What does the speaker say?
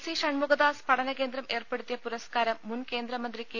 C Shanmukhadas പഠന കേന്ദ്രം ഏർപ്പെടുത്തിയ പുരസ്കാരം മുൻ കേന്ദ്രമന്ത്രി കെ